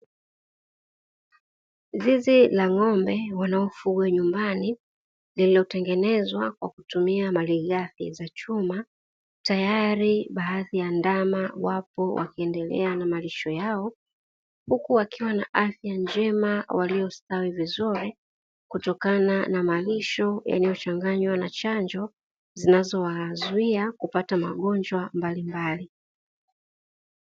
Zizi la ng'ombea wanaofugwa nyumbani, lililotengenezwa kwa kutumia malighafi za chuma, tayari baadhi ya ndama wapo wakiendelea na malisho yao; huku wakiwa na afya njema waliostawi vizuri kutokana malisho yaliyochanganywa na chanjo, zinazowazuia kupata magonjwa mbalimbali.